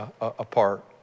apart